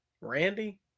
Randy